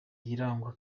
irangwa